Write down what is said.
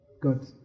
Good